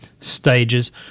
stages